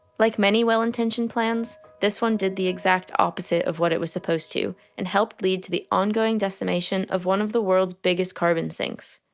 like many well-intentioned plans this one did the exact opposite of what it was supposed to and helped lead to the ongoing decimation of one of the world's biggest carbon sinks.